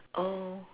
oh